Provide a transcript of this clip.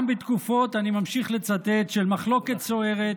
אני ממשיך לצטט: "גם בתקופות של מחלוקת סוערת,